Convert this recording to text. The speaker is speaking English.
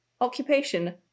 Occupation